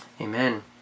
Amen